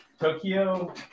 Tokyo